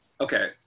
Okay